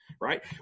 right